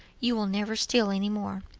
you will never steal any more.